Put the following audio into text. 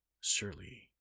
surely